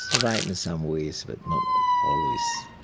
right in some ways, but not um always.